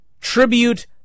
tribute